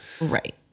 Right